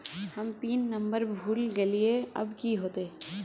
हम pin number भूल गलिऐ अब की होते?